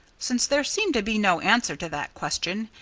since there seemed to be no answer to that question,